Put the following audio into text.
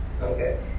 Okay